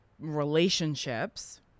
relationships